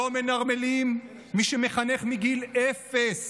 לא מנרמלים את מי שמחנך מגיל אפס